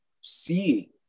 seeing